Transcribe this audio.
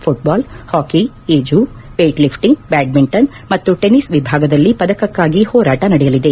ಘುಟ್ಲಾಲ್ hockey ಈಜು weightlifting badminton ಮತ್ತು tennis ವಿಭಾಗದಲ್ಲಿ ಪದಕಕ್ಕಾಗಿ ಹೋರಾಟ ನಡೆಯಲಿದೆ